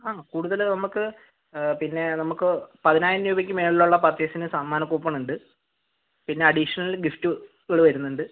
അ കൂടുതല് നമ്മക്ക് അ പിന്നെ നമ്മക്ക് പതിനായിരം രൂപയ്ക്ക് മുകളിലുള്ള പർച്ചേസിന് സമ്മാന കൂപ്പണുണ്ട് പിന്നെ അഡീഷണൽ ഗിഫ്റ്റുകൾ വരുന്നുണ്ട്